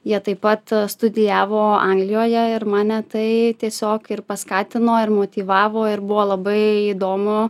jie taip pat studijavo anglijoje ir mane tai tiesiog ir paskatino ir motyvavo ir buvo labai įdomu